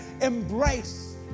embrace